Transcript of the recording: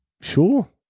Sure